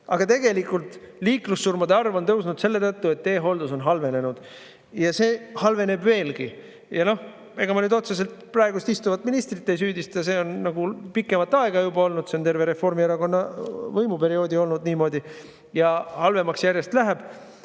Aga tegelikult on liiklussurmade arv tõusnud selle tõttu, et teehooldus on halvenenud. Ja see halveneb veelgi. Noh, ega ma nüüd otseselt praegust ministrit ei süüdista, see on juba pikemat aega nii olnud, see on terve Reformierakonna võimuperioodi jooksul niimoodi olnud, ja järjest